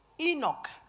Enoch